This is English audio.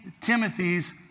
Timothy's